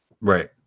right